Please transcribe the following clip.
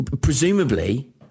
Presumably